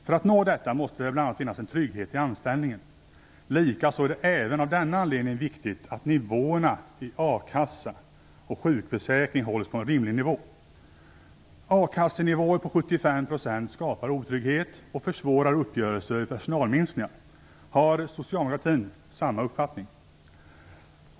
För att nå detta måste det bl.a. finnas en trygghet i anställningen. Likaså är det även av denna anledning viktigt att nivåerna i a-kassa och sjukförsäkring hålls på en rimlig nivå. A-kasse-nivåer på 75 % skapar otrygghet och försvårar uppgörelser vid personalminskningar. Har socialdemokratin samma uppfattning?